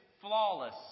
flawless